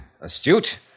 astute